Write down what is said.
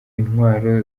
intwaro